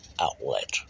outlet